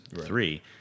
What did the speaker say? three